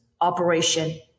operation